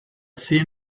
seen